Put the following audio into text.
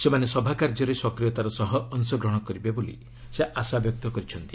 ସେମାନେ ସଭା କାର୍ଯ୍ୟରେ ସକ୍ରିୟତାର ସହ ଅଂଶଗ୍ହଣ କରିବେ ବୋଲି ସେ ଆଶା ବ୍ୟକ୍ତ କରିଛନ୍ତି